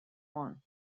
one